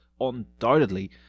undoubtedly